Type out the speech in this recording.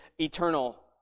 eternal